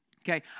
Okay